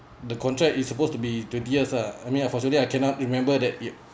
the contract is supposed to be twentieth uh I mean unfortunately I cannot remember that